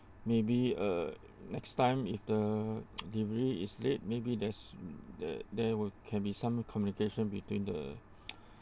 maybe uh next time if the delivery is late maybe there's there there were can be some communication between the